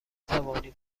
توانیم